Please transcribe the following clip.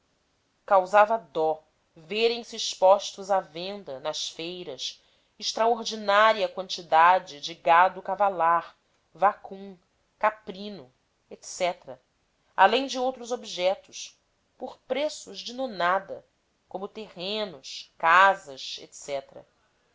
causava dó verem se expostos à venda nas feiras extraordinária quantidade de gado cavalar vacum caprino etc além de outros objetos por preços de nonada como terrenos casas